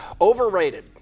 overrated